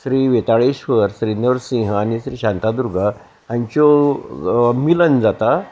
श्री वेताळेश्वर श्री नरसिंह आनी श्री शांतादुर्गा हांच्यो मिलन जाता